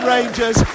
Rangers